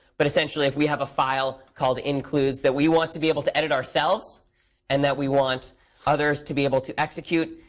but essentially, if we have a file called includes that we want to be able to edit ourselves and that we want others to be able to execute,